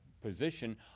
position